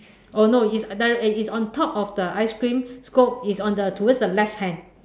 oh no it's nah eh it's on top of the ice cream scoop is on the towards the left hand